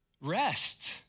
rest